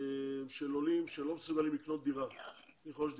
של עולים שלא מסוגלים לרכוש דירה.